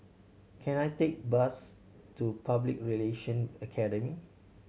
can I take a bus to Public Relation Academy